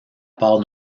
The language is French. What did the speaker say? part